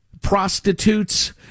prostitutes